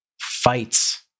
fights